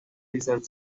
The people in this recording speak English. richard